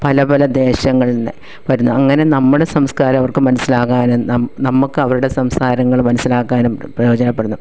പല പല ദേശങ്ങളിൽ നിന്ന് വരുന്നു അങ്ങനെ നമ്മുടെ സംസ്കാരം അവർക്ക് മനസ്സിലാകാനും നമുക്ക് അവരുടെ സംസാരങ്ങൾ മനസ്സിലാക്കാനും പ്രയോജനപ്പെടുന്നു